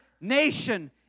nation